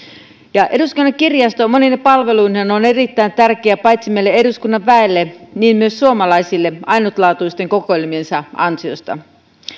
eduskunnan kirjasto monine palveluineen on erittäin tärkeä paitsi meille eduskunnan väelle myös suomalaisille ainutlaatuisten kokoelmiensa ansiosta